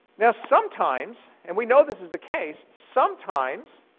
now, sometimes, and we know this is the case, sometimes